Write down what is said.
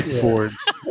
fords